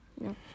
No